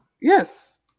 Yes